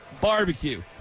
barbecue